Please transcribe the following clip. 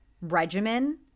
regimen